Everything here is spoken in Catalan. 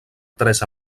tres